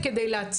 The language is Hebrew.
רשויות.